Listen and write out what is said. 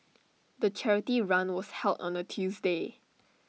the charity run was held on A Tuesday